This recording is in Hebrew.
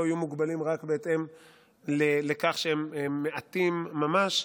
והם לא יהיו מוגבלים רק בהתאם לכך שהם מעטים ממש,